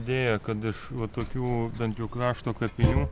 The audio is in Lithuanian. idėja kad aš va tokių bent jau krašto kapinių